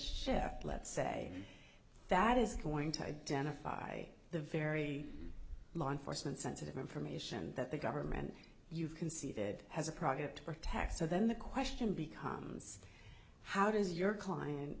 ship let's say that is going to identify the very law enforcement sensitive information that the government you can see that has a product or attack so then the question becomes how does your client